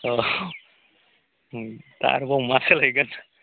अह दा आरोबाव मा सोलायगोन